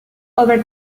over